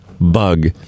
bug